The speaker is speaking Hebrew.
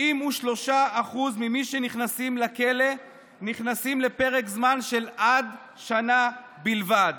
93% ממי שנכנסים לכלא נכנסים לפרק זמן של עד שנה בלבד.